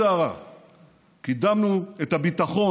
שקשה לראות את גנדי בלי יעל,